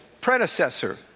predecessor